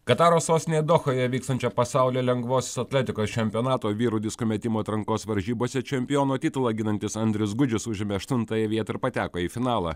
kataro sostinėje dohoje vykstančio pasaulio lengvos atletikos čempionato vyrų disko metimo atrankos varžybose čempiono titulą ginantis andrius gudžius užėmė aštuntąją vietą ir pateko į finalą